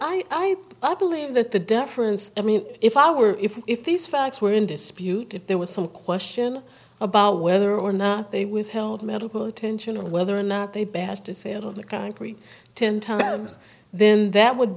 i i i believe that the deference i mean if i were if if these facts were in dispute if there was some question about whether or not they withheld medical attention or whether or not they bash disabled the concrete ten times then that would